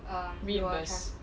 reimburse